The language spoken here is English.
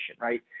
right